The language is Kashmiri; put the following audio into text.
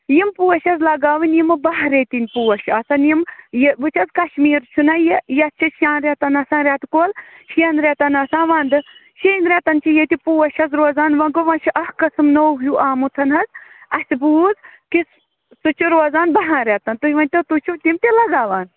یِم پوش حظ لگاوٕنۍ یِم باہ ریٚتِن پوش آسان یِم یہِ وُچھ حظ کَشمیٖر چھُناہ یہِ یَتھ چھِ شیٚن ریٚتَن آسان ریٚتہٕ کول شیٚن ریٚتَن آسان وَنٛدٕ شیٚنۍ ریٚتن چھِ ییٚتہِ پوش حظ روزان وۅنۍ گوٚو وۅنۍ چھِ اکھ قٔسٕم نوٚو ہیٛوٗ آمُت ہن حظ اَسہِ بوٗز کہِ سُہ چھُ روزان باہَن ریٚتن تُہۍ ؤنۍتَو تُہۍ چھِ تِم تہِ لَگاوان